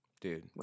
dude